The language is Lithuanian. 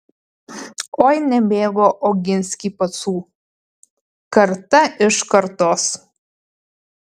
oi nemėgo oginskiai pacų karta iš kartos